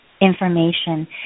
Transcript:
information